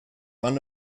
one